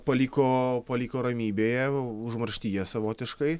paliko paliko ramybėje užmarštyje savotiškai